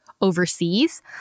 overseas